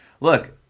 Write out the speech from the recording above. look